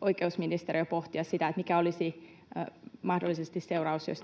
oikeusministeriö pohtia sitä, mikä olisi mahdollisesti seuraus, jos